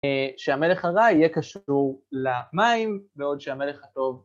שהמלך הרע יהיה קשור למים, בעוד שהמלך הטוב...